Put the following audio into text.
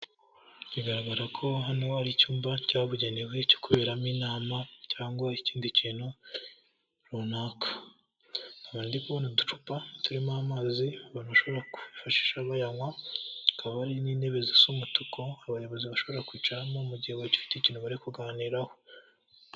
Bigaragara ko hano hari icyumba cyabugenewe cyo kuberamo inama cyangwa ikindi kintu runaka, ndi kubona uducupa turimo amazi abantu bashobora kwifashisha bayanywa, hakaba hari n'intebe z'umutuku, abayobozi bashobora kwicaramo mu gihe bagifite ikintu bari kuganiraho.